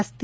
ರಸ್ತೆ